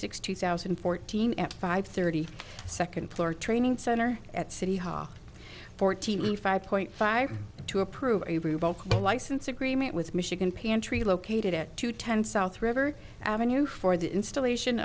sixth two thousand and fourteen at five thirty second floor training center at city hall fourteen five point five to approve a revoked license agreement with michigan pantry located at two ten south river avenue for the installation